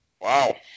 Wow